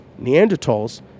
Neanderthals